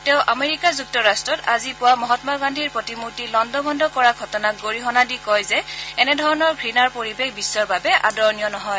তেওঁ আমেৰিকা যুক্তৰাট্টত আজি পুৱা মহান্মা গান্ধীৰ প্ৰতিমূৰ্তি লণ্ডভণ্ড কৰা ঘটনাক গৰিহণা দি কয় যে এনেধৰণৰ ঘূণাৰ পৰিৱেশ বিশ্বৰ বাবে আদৰণীয় নহয়